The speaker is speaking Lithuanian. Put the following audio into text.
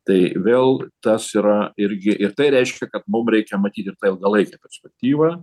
tai vėl tas yra irgi ir tai reiškia kad mum reikia matyti tą ilgalaikę perspektyvą